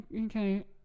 okay